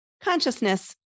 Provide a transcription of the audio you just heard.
consciousness